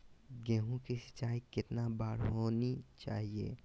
गेहु की सिंचाई कितनी बार होनी चाहिए?